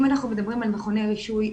אם אנחנו מדברים על מכוני רישוי,